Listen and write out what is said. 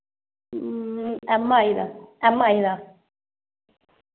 MI दा एमआई दा